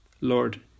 Lord